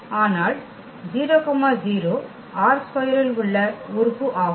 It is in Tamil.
ஆனால் 00 ℝ2 இல் உள்ள உறுப்பு ஆகும்